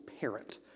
parent